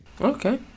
Okay